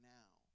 now